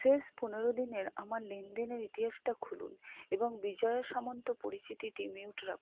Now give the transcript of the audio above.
শেষ পনেরো দিনের আমার লেনদেনের ইতিহাসটা খুলুন এবং বিজয়া সামন্ত পরিচিতিটি মিউট রাখ